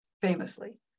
famously